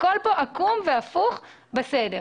הכל פה עקום והפוך בסדר.